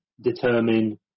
determine